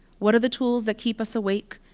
what are the tools that keep us awake?